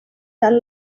tant